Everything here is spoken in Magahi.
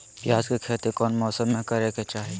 प्याज के खेती कौन मौसम में करे के चाही?